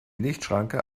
lichtschranke